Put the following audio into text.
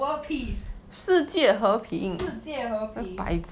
world peace 世界和平